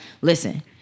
listen